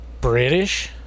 British